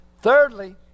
Thirdly